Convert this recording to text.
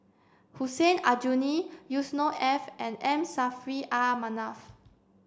Hussein Aljunied Yusnor Ef and M Saffri A Manaf